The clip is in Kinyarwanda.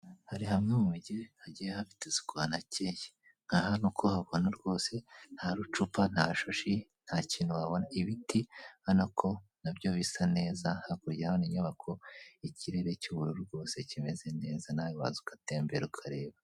Hari hamwe mu mujyi hagiye hafite isuku hanakeye, nkaha nkuko uhabona rwose nta rucupa, nta shashi, nta kintu wabona, ibiti, urabona ko nabyo bisa neza, hakurya urahabona inyubako, ikirere urabona ko gisa neza nawe rwose waza ugatembera.